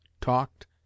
talked